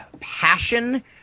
passion